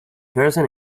person